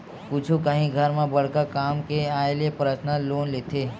कुछु काही घर म बड़का काम के आय ले परसनल लोन लेथे